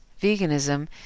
veganism